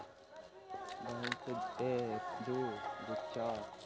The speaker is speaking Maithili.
कृषि ऋण प्राप्त करे के प्रयास कर रहल किसान के लेल कुनु विशेष लाभ हौला?